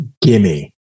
Gimme